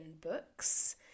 Books